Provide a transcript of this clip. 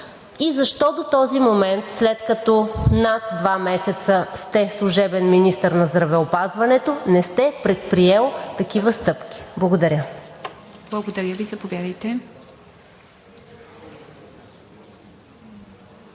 и защо до този момент, след като над два месеца сте служебен министър на здравеопазването, не сте предприели такива стъпки? Благодаря. ПРЕДСЕДАТЕЛ ИВА